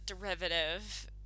derivative